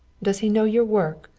does he know your work?